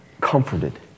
comforted